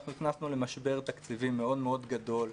נכנסנו למשבר תקציבי מאוד מאוד גדול,